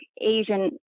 Asian